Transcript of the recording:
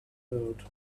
note